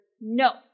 no